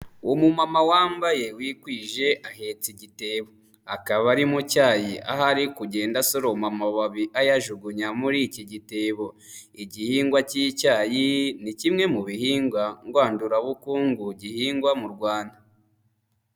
Umumama wambaye wikwije ahetse igitebo, akaba ari mu cyayi ahari kugenda asoroma amababi ayajugunya muri iki gitebo, igihingwa k'icyayi ni kimwe mu bihingwa ngandurabukungu gihingwa mu Rwanda.